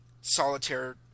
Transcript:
solitaire